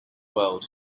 world